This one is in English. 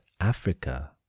Africa